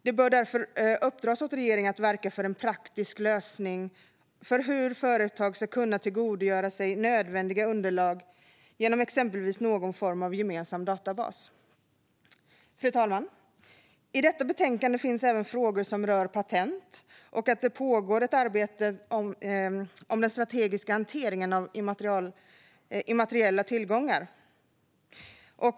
Det bör därför uppdras åt regeringen att verka för en praktisk lösning för hur företag ska kunna tillgodogöra sig nödvändiga underlag genom exempelvis någon form av gemensam databas. Fru talman! I detta betänkande finns även frågor som rör patent, och det pågår ett arbete om den strategiska hanteringen av immateriella tillgångar.